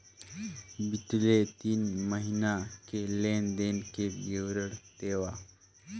बितले तीन महीना के लेन देन के विवरण देवा?